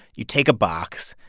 you take a box.